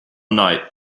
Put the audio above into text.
night